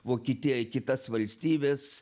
vokietiją į kitas valstybes